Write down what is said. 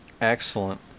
Excellent